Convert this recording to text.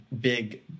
big